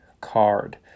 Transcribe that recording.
card